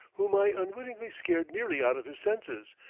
whom i unwittingly scared nearly out of his senses,